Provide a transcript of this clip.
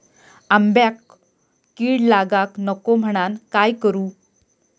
आंब्यक कीड लागाक नको म्हनान काय करू?